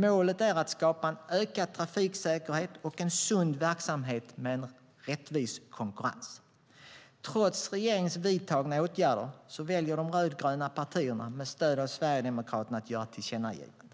Målet är att skapa en ökad trafiksäkerhet och en sund verksamhet med en rättvis konkurrens. Trots regeringens vidtagna åtgärder väljer de rödgröna partierna med stöd av Sverigedemokraterna att göra ett tillkännagivande.